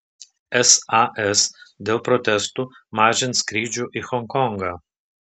sas dėl protestų mažins skrydžių į honkongą